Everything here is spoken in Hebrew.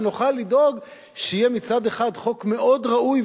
שנוכל לדאוג שיהיה מצד אחד חוק מאוד ראוי,